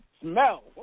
smell